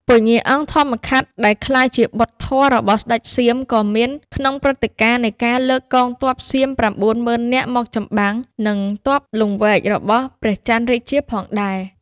ពញ្ញាអង្គធម្មខាត់ ដែលក្លាយជាបុត្រធម៌របស់ស្ដេចសៀម ក៏មានក្នុងព្រឹត្តិការណ៍ នៃការលើកកងទ័ពសៀម៩មុឺននាក់មកច្បាំង និងទ័ពលង្វែករបស់ព្រះចន្ទរាជាផងដែរ ។